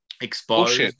exposed